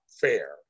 fair